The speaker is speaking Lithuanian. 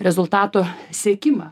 rezultato siekimą